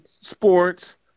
sports